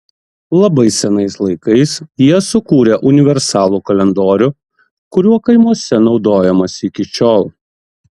labai senais laikais jie sukūrė universalų kalendorių kuriuo kaimuose naudojamasi iki šiol